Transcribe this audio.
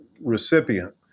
recipient